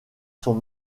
sont